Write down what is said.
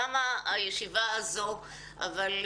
תמה הישיבה הזו אבל,